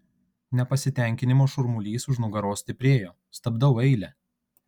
nepasitenkinimo šurmulys už nugaros stiprėjo stabdau eilę